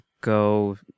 go